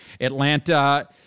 Atlanta